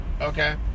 Okay